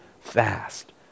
fast